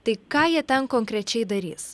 tai ką jie ten konkrečiai darys